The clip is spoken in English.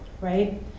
Right